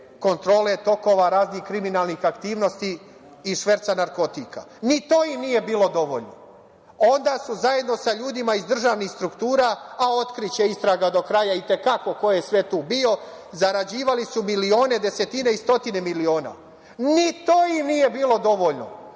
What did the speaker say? kontrole tokova raznih kriminalnih aktivnosti i šverca narkotika. Ni to im nije bilo dovoljno, onda su zajedno sa ljudima iz državnih struktura, a otkriće istraga do kraja i te kako ko je sve tu bio, zarađivali su milione, desetine i stotine miliona. Ni to im nije bilo dovoljno,